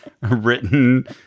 written